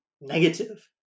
negative